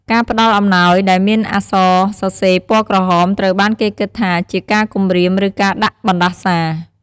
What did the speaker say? ការផ្តល់អំណោដែលមានអក្សរសរសេរពណ៍ក្រហម ត្រូវបានគេគិតថាជាការគម្រៀម ឬការដាក់បណ្ដាសា។